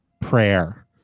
prayer